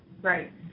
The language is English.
Right